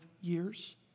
years